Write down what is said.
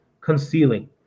concealing